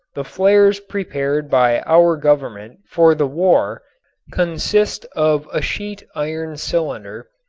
the flares prepared by our government for the war consist of a sheet iron cylinder,